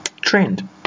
Trend